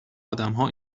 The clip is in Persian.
آدمها